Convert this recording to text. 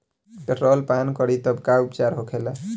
Petrol पान करी तब का उपचार होखेला?